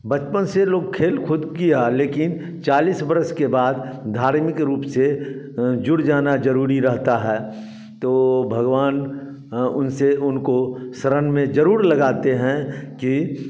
बचपन से लोग खेल कूद किया लेकिन चालीस वर्ष के बाद धार्मिक रूप से जुड़ जाना जरुरी रहता है तो भगवान उनसे उनको शरण में जरुर लगाते हैं कि